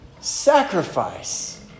sacrifice